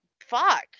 fuck